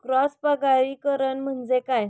Cross परागीकरण म्हणजे काय?